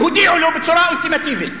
והודיעו לו בצורה אולטימטיבית: